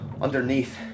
Underneath